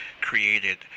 created